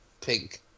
pink